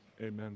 amen